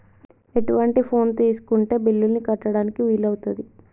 ఎటువంటి ఫోన్ తీసుకుంటే బిల్లులను కట్టడానికి వీలవుతది?